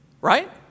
right